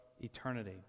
eternity